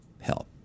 help